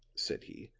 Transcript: said he,